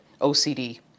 OCD